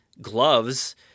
gloves